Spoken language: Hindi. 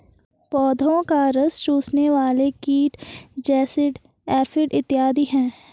पौधों का रस चूसने वाले कीट जैसिड, एफिड इत्यादि हैं